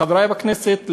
לחברי בכנסת,